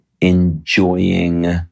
enjoying